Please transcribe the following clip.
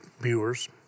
viewers